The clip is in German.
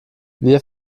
wir